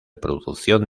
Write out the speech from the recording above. producción